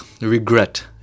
Regret